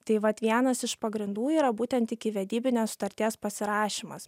tai vat vienas iš pagrindų yra būtent ikivedybinės sutarties pasirašymas